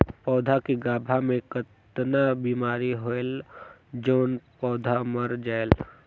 पौधा के गाभा मै कतना बिमारी होयल जोन पौधा मर जायेल?